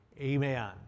Amen